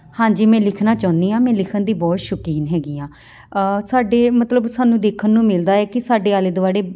ਹਾਂਜੀ ਮੈਂ ਲਿਖਣਾ ਚਾਹੁੰਦੀ ਹਾਂ ਮੈਂ ਲਿਖਣ ਦੀ ਬਹੁਤ ਸ਼ੌਕੀਨ ਹੈਗੀ ਹਾਂ ਸਾਡੇ ਮਤਲਬ ਸਾਨੂੰ ਦੇਖਣ ਨੂੰ ਮਿਲਦਾ ਹੈ ਕਿ ਸਾਡੇ ਆਲੇ ਦੁਆਲੇ